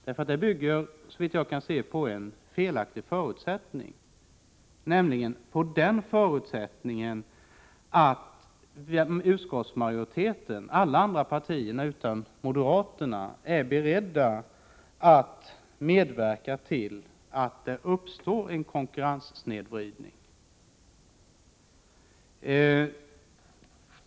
Det bygger, såvitt jag kan förstå, på en felaktig förutsättning, nämligen den förutsättningen att utskottsmajoriteten, dvs. alla partier utom moderaterna, är beredd att medverka till att det uppstår en konkurrenssnedvridning.